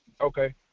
Okay